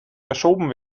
verschoben